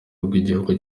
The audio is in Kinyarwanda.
rw’igihugu